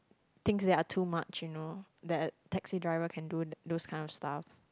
things that are too much you know that taxi driver can do those kind of stuff